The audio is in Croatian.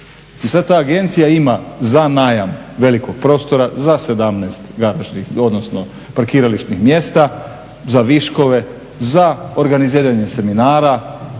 I sad ta agencija ima za najam velikog prostora, za 17 garažnih, odnosno parkirališnih mjesta, za viškove, za organiziranje seminara,